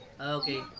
Okay